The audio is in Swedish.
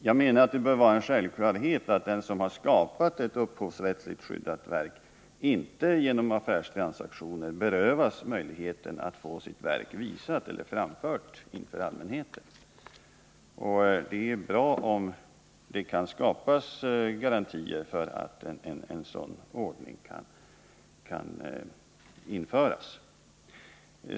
Jag menar att det bör vara en självklarhet att den som har skapat ett upphovsrättsligt skyddat verk inte genom affärstransaktioner berövas möjligheten att få sitt verk visat eller framfört för allmänheten. Det är bra om det kan skapas garantier för att en sådan ordning kan införas.